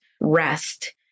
rest